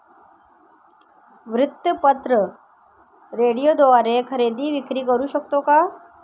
वृत्तपत्र, रेडिओद्वारे खरेदी विक्री करु शकतो का?